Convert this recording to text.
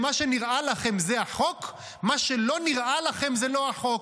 ומה שנראה לכם זה החוק ומה שלא נראה לכם זה לא החוק?